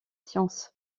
sciences